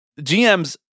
GMs